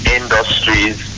industries